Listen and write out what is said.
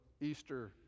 Easter